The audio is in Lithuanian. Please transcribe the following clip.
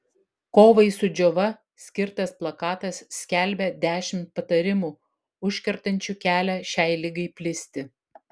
kovai su džiova skirtas plakatas skelbia dešimt patarimų užkertančių kelią šiai ligai plisti